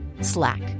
Slack